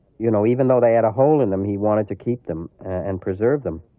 you know, even though they had a hole in them, he wanted to keep them and preserve them.